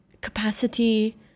capacity